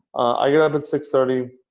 i get up at six thirty